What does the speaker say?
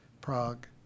Prague